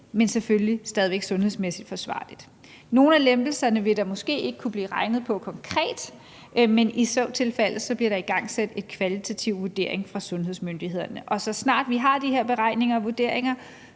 men selvfølgelig stadig væk sundhedsmæssigt forsvarligt. Nogle af lempelserne vil der måske ikke kunne blive regnet på konkret, men i så tilfælde bliver der igangsat en kvalitativ vurdering fra sundhedsmyndighedernes side, og så snart vi har de her beregninger og vurderinger,